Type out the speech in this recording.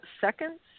seconds